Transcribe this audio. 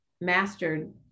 mastered